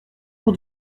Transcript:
jour